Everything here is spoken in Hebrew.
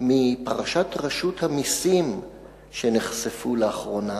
מפרשת רשות המסים שנחשפו לאחרונה